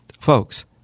Folks